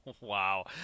Wow